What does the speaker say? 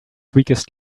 weakest